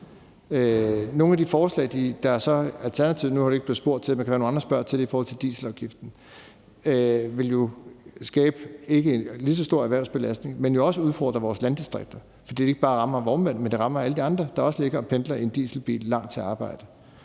Nogle af de forslag – der er så alternativer; nu er jeg ikke blevet spurgt til det, men det kan være, at nogle andre spørger til det i forhold til dieselafgiften – vil ikke skabe en lige så stor erhvervsbelastning, men jo også udfordre vores landdistrikter, fordi det ikke bare rammer vognmænd, men det rammer alle de andre, der også ligger og pendler i en dieselbil langt til arbejde.